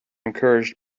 encouraged